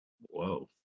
Whoa